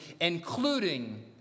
including